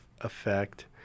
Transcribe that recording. effect